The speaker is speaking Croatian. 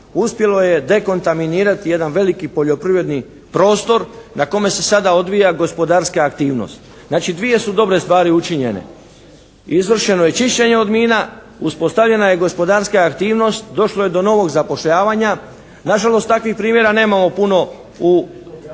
uspjelo je dekontaminirati jedan veliki poljoprivredni prostor na kome se sada odvija gospodarska aktivnost. Znači dvije su dobre stvari učinjene. Izvršeno je čišćenje od mina, uspostavljena je gospodarska aktivnost, došlo je do novog zapošljavanja. Na žalost takvih primjera nemamo puno u